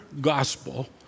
gospel